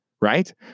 right